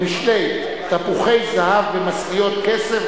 במשלי: תפוחי זהב במשכיות כסף,